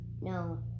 No